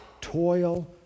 toil